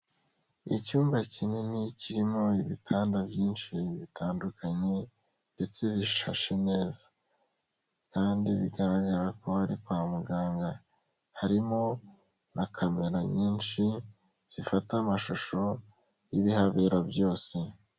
Icyumba kinini kirimo ibitanda byinshi bitandukanye ndetse bishashe neza kandi bigaragara ko ari kwa muganga, harimo na kamera nyinshi zifata amashusho y'ibihabera byose.